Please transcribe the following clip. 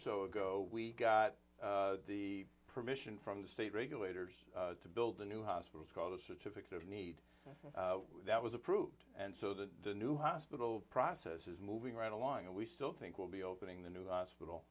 so ago we got the permission from the state regulators to build a new hospital called the certificate of need that was approved and so the new hospital process is moving right along and we still think will be opening the new hospital